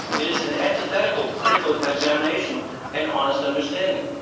it is an antithetical to critical examination and honest understanding.